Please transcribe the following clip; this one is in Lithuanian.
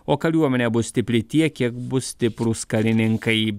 o kariuomenė bus stipri tiek kiek bus stiprūs karininkai